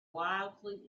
wildly